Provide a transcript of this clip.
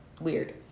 Weird